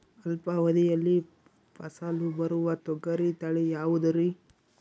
ಅಲ್ಪಾವಧಿಯಲ್ಲಿ ಫಸಲು ಬರುವ ತೊಗರಿ ತಳಿ ಯಾವುದುರಿ?